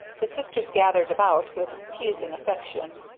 the sisters gathered about with teasing affection,